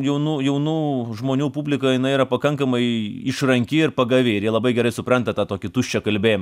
jaunų jaunų žmonių publika jinai yra pakankamai i išranki ir pagavi ir jie labai gerai supranta tą tokį tuščią kalbėjimą